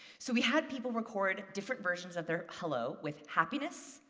so we had people record different versions of their hello with happiness,